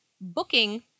booking